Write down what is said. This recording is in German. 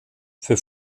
für